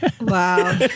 Wow